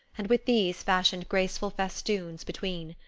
and with these fashioned graceful festoons between.